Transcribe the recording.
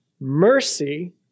mercy